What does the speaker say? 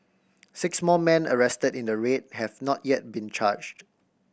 six more man arrested in the raid have not yet been charged